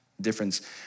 difference